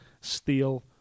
steel